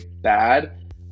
bad